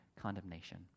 condemnation